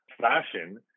fashion